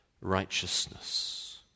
righteousness